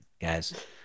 guys